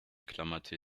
klammerte